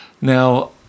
Now